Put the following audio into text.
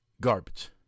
Garbage